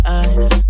eyes